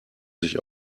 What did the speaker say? sich